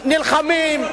נלחמים,